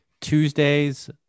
Tuesdays